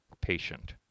patient